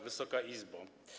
Wysoka Izbo!